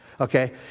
Okay